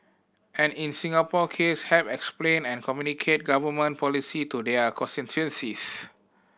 and in Singapore case help explain and communicate Government policy to their constituencies